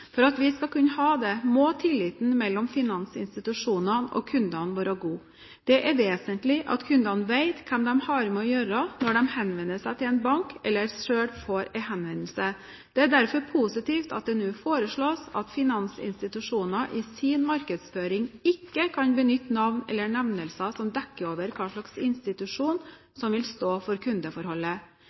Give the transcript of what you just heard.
For at vi skal kunne ha det, må tilliten mellom finansinstitusjonene og kundene være god. Det er vesentlig at kundene vet hvem de har med å gjøre når de henvender seg til en bank, eller selv får en henvendelse. Det er derfor positivt at det nå foreslås at finansinstitusjoner i sin markedsføring ikke kan benytte navn eller nevnelser som dekker over hvilken institusjon som vil stå for kundeforholdet.